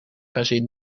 bazin